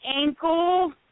ankle